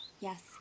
Yes